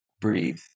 breathe